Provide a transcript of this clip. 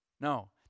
No